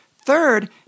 Third